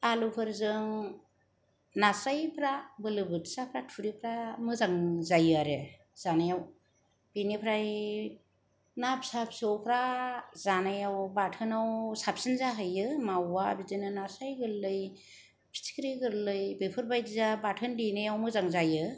आलुफोरजों नास्राइफ्रा बालाबाथियाफ्रा थुरिफ्रा मोजां जायो आरो जानायाव बिनिफ्राय ना फिसा फिसौफोरा जानायाव बाथोनाव साबसिन जाहैयो बिदिनो मावा नास्राइ गोरलै फिथिख्रि गोरलै बेफोरबायदिया बाथोन देनायाव मोजां जायो